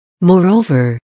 Moreover